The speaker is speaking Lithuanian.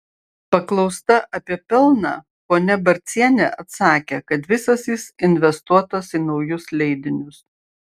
paklausta apie pelną ponia barcienė atsakė kad visas jis investuotas į naujus leidinius